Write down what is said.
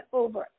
over